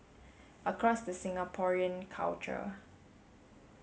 the concern is that there are cars